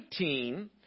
19